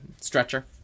stretcher